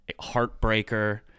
Heartbreaker